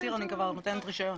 ובתצהיר אני כבר נותנת רישיון.